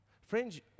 Friends